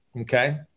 Okay